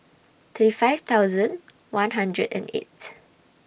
thirty five thousand one hundred and eight